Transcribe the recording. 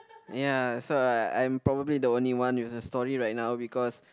ya so I I'm probably the only one with a story right now because